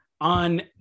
on